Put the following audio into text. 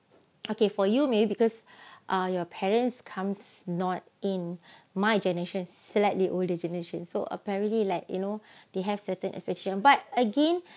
okay for you maybe because your parents comes not in my generation slightly older generation so apparently like you know they have certain exception um but again